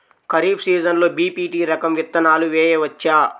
ఖరీఫ్ సీజన్లో బి.పీ.టీ రకం విత్తనాలు వేయవచ్చా?